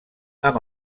amb